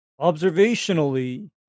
observationally